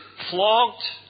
flogged